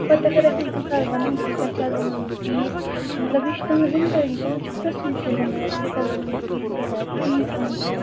پَتہٕ اگر اَسہِ تِم کُنہِ ساتہٕ وَنَن کہِ تۄہہِ کیٛازِ اوٚنوُ نہٕ فیٖس مطلب یہِ چھِ تٔہنٛز ذِمہٕ دٲری تِمَن چھِ پِرٛژھُن شُرٮ۪ن مطلب تۄہہِ کیٛازِ اوٚنوُ نہٕ فیٖس یا فیس أنۍ زیٚو